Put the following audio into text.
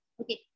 Okay